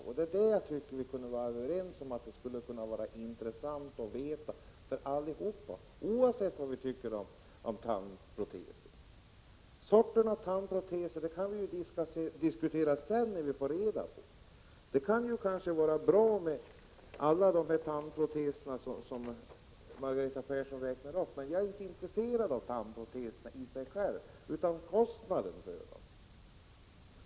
Jag tycker vi skulle kunna vara överens om att det skulle vara intressant för alla att få veta det, oavsett vad vi tycker om tandproteser. När vi sedan får reda på kostnaderna kan vi diskutera de olika sorterna av tandproteser. Alla de tandproteser som Margareta Persson räknar upp kan vara bra. Men jag är inte intresserad av tandproteser i sig utan av kostnaderna för dem.